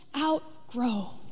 outgrow